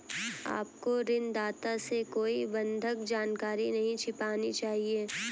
आपको ऋणदाता से कोई बंधक जानकारी नहीं छिपानी चाहिए